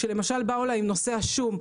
כשלמשל נושא השום,